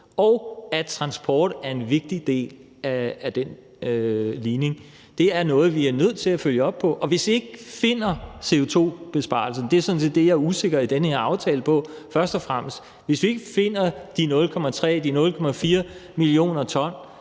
og at transport er en vigtig del af den ligning. Det er noget, vi er nødt til at følge op på, og hvis vi ikke finder CO2-besparelsen – det er sådan set det, jeg først og fremmest er usikker på i den her aftale – altså finder de 0,3, 0,4 mio. t